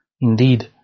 indeed